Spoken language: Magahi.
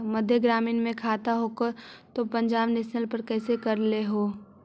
मध्य ग्रामीण मे खाता हको तौ पंजाब नेशनल पर कैसे करैलहो हे?